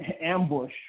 ambush